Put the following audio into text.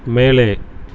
மேலே